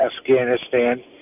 Afghanistan